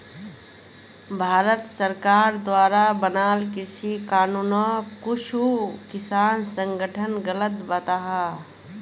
भारत सरकार द्वारा बनाल कृषि कानूनोक कुछु किसान संघठन गलत बताहा